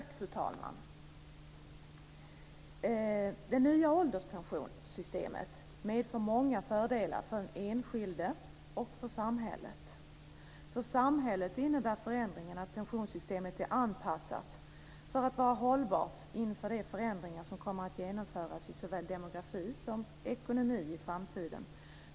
Fru talman! Det nya ålderspensionssystemet medför många fördelar för den enskilde och för samhället. För samhället innebär förändringen att pensionssystemet är anpassat för att vara hållbart inför de förändringar som kommer att genomföras i såväl demografi som ekonomi i framtiden.